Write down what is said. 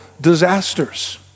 disasters